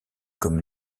comme